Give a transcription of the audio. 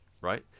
right